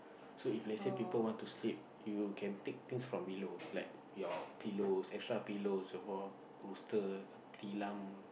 so if let say people want to sleep you can take things from below like your pillows extra pillows your bolster tilam